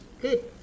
Good